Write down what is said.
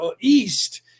East